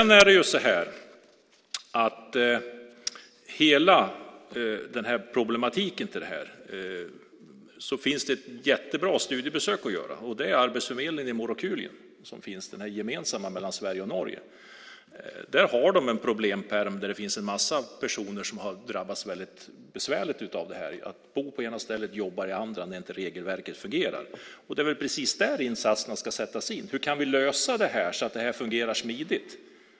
När det gäller hela den här problematiken finns det ett jättebra studiebesök att göra. Det är på arbetsförmedlingen i Morokulien, den gemensamma mellan Sverige och Norge. Där har de en problempärm där det finns en massa personer som har drabbats väldigt besvärligt av att bo på ena stället och jobba på det andra när inte regelverket fungerar. Det är väl precis där insatserna ska sättas in. Hur kan vi lösa det här så att det fungerar smidigt?